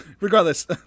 regardless